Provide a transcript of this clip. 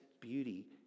beauty